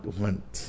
want